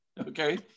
okay